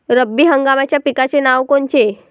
रब्बी हंगामाच्या पिकाचे नावं कोनचे?